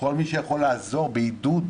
כל מי שיכול לעזור בעידוד